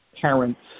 parents